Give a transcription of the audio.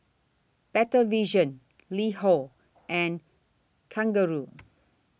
Better Vision LiHo and Kangaroo